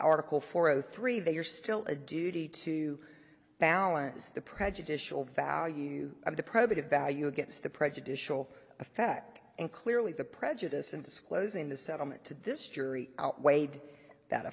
article four zero three they are still a duty to balance the prejudicial value of the probative value against the prejudicial effect and clearly the prejudice in disclosing the settlement to this jury outweighed that